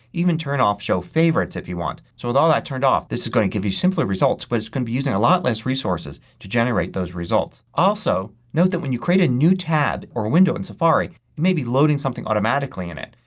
even turn off show favorites if you want. so with all that turned off this is going to give you simpler results but it's going to be using a lot less resources to generate those results. also note that when you create a new tab or window in safari you may be loading something automatically in it.